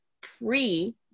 pre